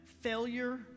failure